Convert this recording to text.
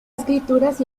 escrituras